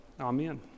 Amen